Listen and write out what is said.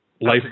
life